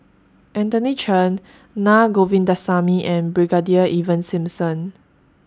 Anthony Chen Naa Govindasamy and Brigadier Ivan Simson